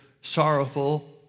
sorrowful